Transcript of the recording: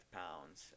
pounds